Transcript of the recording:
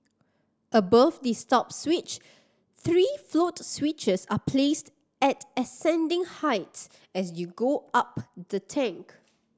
above the stop switch three float switches are placed at ascending heights as you go up the tank